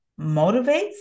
motivates